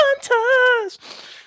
Montage